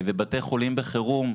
ובתי חולים בחירום,